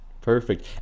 perfect